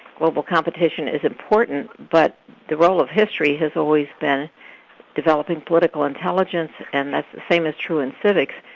global competition is important, but the role of history has always been developing political intelligence, and that's the same is true in civics,